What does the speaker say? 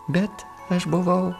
bet aš buvau